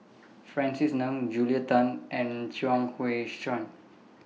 Francis Ng Julia Tan and Chuang Hui Tsuan